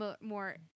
more